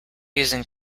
using